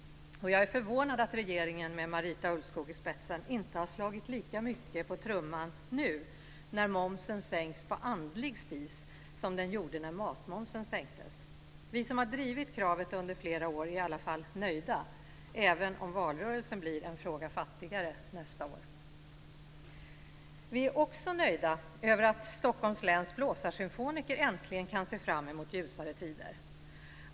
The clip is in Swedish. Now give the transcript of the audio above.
Jag är förvånad att regeringen med Marita Ulvskog i spetsen inte har slagit lika mycket på trumman nu när momsen sänks på andlig spis som den gjorde när matmomsen sänktes. Vi som har drivit kravet under flera år är i alla fall nöjda, även om valrörelsen blir en fråga fattigare nästa år. Vi är också nöjda över att Stockholms läns Blåsarsymfoniker nu äntligen kan se fram emot ljusare tider.